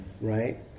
Right